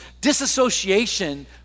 disassociation